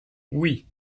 oui